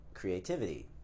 creativity